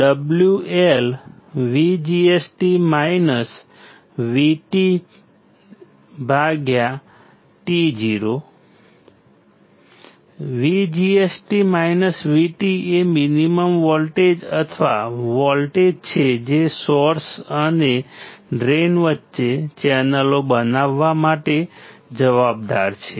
VGS VT એ minimum voltage અથવા voltage છે જે સોર્સ અને ડ્રેઇન વચ્ચે ચેનલો બનાવવા માટે જવાબદાર છે